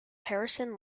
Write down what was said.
harrison